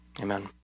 amen